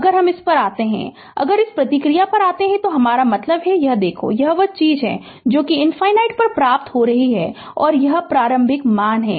अगर इस पर आते हैं अगर इस प्रतिक्रिया पर आते हैं तो हमारा मतलब है कि यह देखो यह वह चीज है जो ∞ पर प्राप्त हो रही है और यह प्रारंभिक मान है